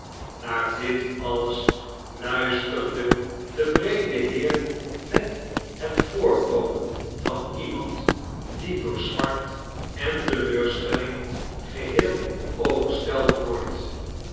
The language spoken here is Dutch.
naar dit alles luisterde de vreemde heer met het voorkomen van iemand die door smart en teleurstelling geheel overstelpt wordt